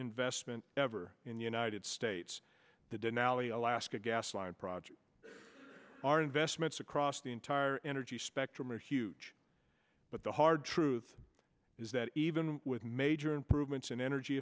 investment ever in the united states the dunalley alaska gasline project our investments across the entire energy spectrum are huge but the hard truth is that even with major improvements in energy